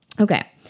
Okay